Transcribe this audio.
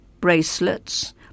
bracelets